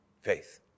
faith